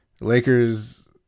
Lakers